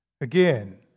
Again